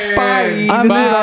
bye